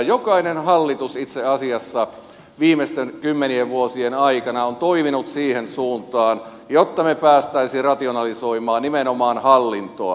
jokainen hallitus itse asiassa viimeisten kymmenien vuosien aikana on toiminut siihen suuntaan että me pääsisimme rationalisoimaan nimenomaan hallintoa